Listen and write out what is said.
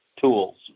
tools